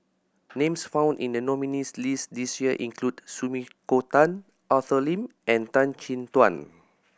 names found in the nominees' list this year includs Sumiko Tan Arthur Lim and Tan Chin Tuan